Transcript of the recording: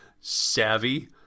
savvy